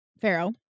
pharaoh